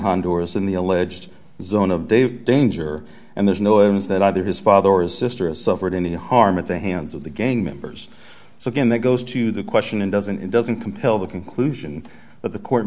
honduras in the alleged zone of they danger and there's no evidence that either his father or his sister has suffered any harm at the hands of the gang members so again that goes to the question and doesn't it doesn't compel the conclusion that the court